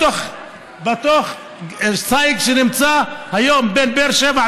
בתוך סייג שנמצא היום בין באר שבע,